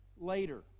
later